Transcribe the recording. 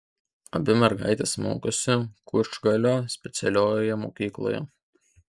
abi mergaitės mokosi kučgalio specialiojoje mokykloje